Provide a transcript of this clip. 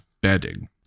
bedding